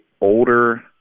older